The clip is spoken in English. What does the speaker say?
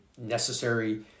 necessary